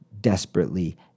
desperately